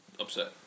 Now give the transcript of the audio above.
upset